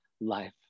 life